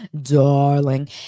darling